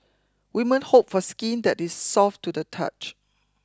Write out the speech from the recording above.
women hope for skin that is soft to the touch